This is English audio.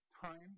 time